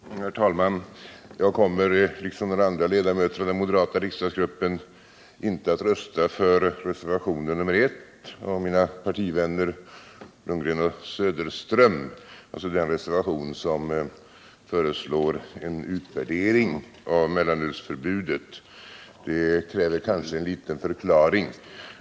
Herr talman! Jag kommer, liksom väl andra ledamöter av den moderata riksdagsgruppen, inte att rösta för reservationen I av mina partivänner Bo Lundgren och Kurt Söderström, alltså den reservation som föreslår en utvärdering av mellanölsförbudet. Detta kräver kanske en liten förklaring.